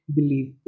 Believe